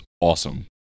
awesome